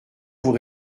vous